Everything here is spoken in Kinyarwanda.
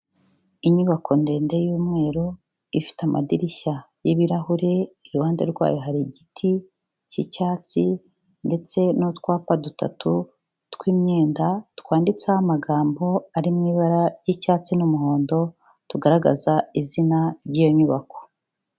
Inyubako ndende y'umweru, ifite amadirishya y'ibirahure iruhande rwayo hari igiti k'icyatsi ndetse n'utwapa dutatu tw'imyenda twanditseho amagambo ari mu ibara ry'icyatsi n'umuhondo, tugaragaza izina ry'iyo nyubako.